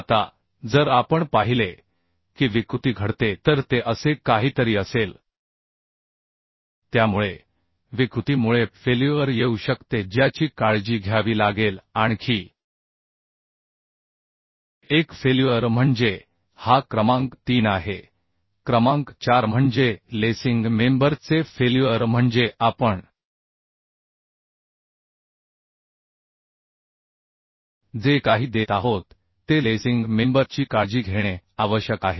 आता जर आपण पाहिले की डिस्टॉर्शन घडते तर ते असे काहीतरी असेल त्यामुळे डिस्टॉर्शनमुळे फेल्युअर येऊ शकते ज्याची काळजी घ्यावी लागेल आणखी एक फेल्युअर म्हणजे हा क्रमांक 3 आहे क्रमांक 4 म्हणजे लेसिंग मेंबर चे फेल्युअर म्हणजे आपण जे काही देत आहोत ते लेसिंग मेंबर ची काळजी घेणे आवश्यक आहे